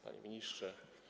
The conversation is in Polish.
Panie Ministrze!